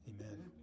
Amen